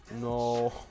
No